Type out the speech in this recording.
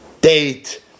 date